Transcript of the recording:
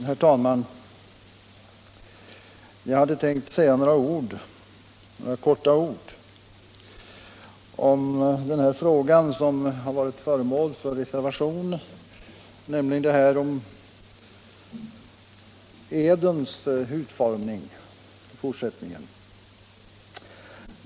Herr talman! Jag hade tänkt säga några få ord om en av de frågor som varit föremål för reservation, nämligen edens utformning i fortsättningen.